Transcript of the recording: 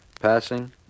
passing